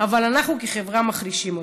אבל אנחנו כחברה מחלישים אותם.